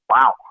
Wow